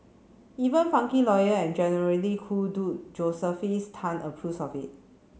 even funky lawyer and generally cool dude Josephus Tan approves of it